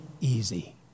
easy